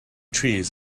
trees